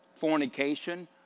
fornication